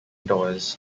doors